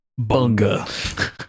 Bunga